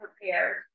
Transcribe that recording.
prepared